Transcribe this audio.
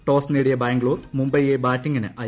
toss നേടിയ ബാംഗ്ലൂർ മുംബൈയെ ബാറ്റിംഗിന് അയച്ചു